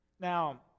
Now